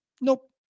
Nope